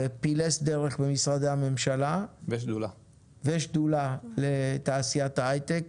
ופילס דרך במשרדי הממשלה ושדולה לתעשיית ההיי-טק.